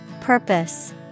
Purpose